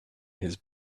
his